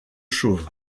chauve